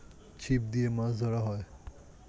ছিপ দিয়ে মাছ ধরা হয়